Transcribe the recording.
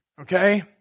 Okay